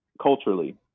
culturally